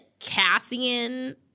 Cassian